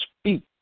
speak